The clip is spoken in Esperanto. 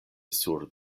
sur